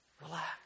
Relax